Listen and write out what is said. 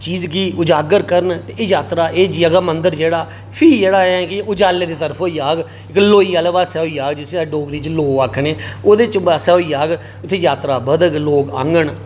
चीज गी उजागर करन ते एह् यात्रा एह् जेह्का मंदर जेह्ड़ा फ्ही जेह्ड़ा उजाले दी तरफ होई जाह्ग लोई आह्ली तरफ होई जाह्ग जिसी अस डोगरी च लोऽ आखने ओह्दे पास्सै होई जाह्ग इत्थै यात्रा बधग लोक औङन